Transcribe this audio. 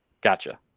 Gotcha